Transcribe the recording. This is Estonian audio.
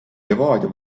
levadia